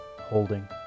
holding